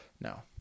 No